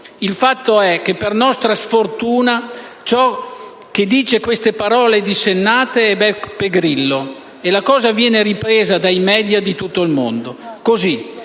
Il fatto è che, per nostra sfortuna, chi dice queste parole dissennate è Beppe Grillo e la dichiarazione viene ripresa dai *media* di tutto il mondo.